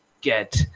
get